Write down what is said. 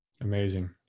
Amazing